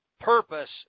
purpose